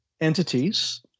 entities